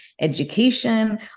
education